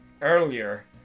earlier